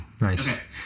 Nice